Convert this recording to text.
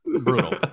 brutal